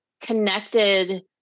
connected